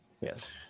Yes